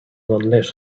unlit